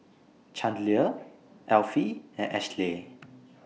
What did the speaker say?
Chandler Elfie and Ashleigh